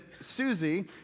Susie